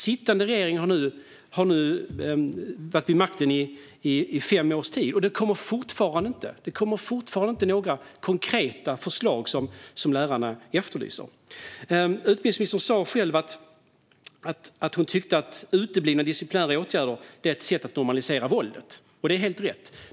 Sittande regering har nu varit vid makten i fem år, och det kommer fortfarande inte några konkreta förslag som lärarna efterlyser. Utbildningsministern sa själv att hon tyckte att uteblivna disciplinära åtgärder är ett sätt att normalisera våldet. Det är helt rätt.